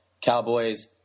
Cowboys –